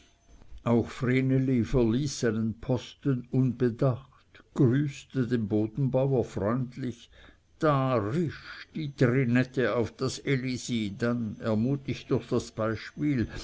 auch vreneli verließ seinen posten unbedacht grüßte den bodenbauer freundlich da risch die trinette auf das elisi dann ermutigt durch das beispiel